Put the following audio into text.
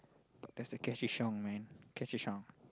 that's the catchy song man catchy song